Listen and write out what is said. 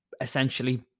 essentially